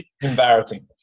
Embarrassing